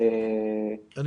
שלחתי את הזימון כבר ביום חמישי.